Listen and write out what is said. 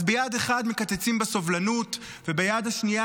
אז ביד אחת מקצצים בסובלנות וביד השנייה